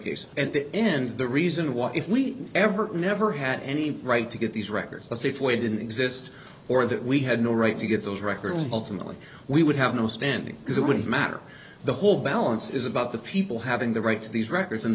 case at the end of the reason why if we ever never had any right to get these records the safe way didn't exist or that we had no right to get those records ultimately we would have no standing because it wouldn't matter the whole balance is about the people having the right to these records